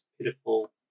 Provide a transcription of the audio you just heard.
pitiful –